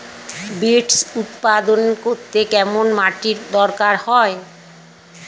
Beets উৎপাদন করতে কেরম মাটির দরকার হয়?